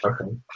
Okay